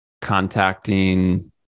contacting